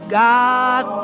god